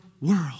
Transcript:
world